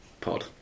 Pod